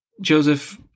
Joseph